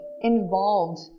involved